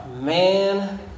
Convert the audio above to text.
man